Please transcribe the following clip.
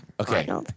Okay